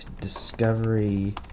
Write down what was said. discovery